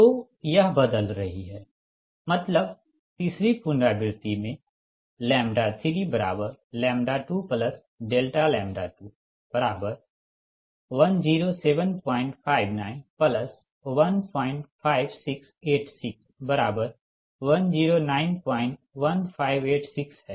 तो यह बदल रही है मतलब तीसरी पुनरावृति में 10759156861091586 हैं